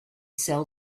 sell